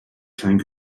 time